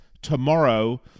tomorrow